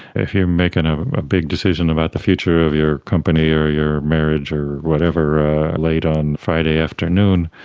if you're making a big decision about the future of your company or your marriage or whatever late on friday afternoon,